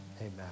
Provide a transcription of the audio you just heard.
Amen